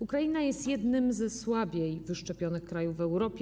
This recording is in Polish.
Ukraina jest jednym ze słabiej wyszczepionych krajów w Europie.